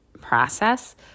process